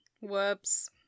Whoops